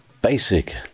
basic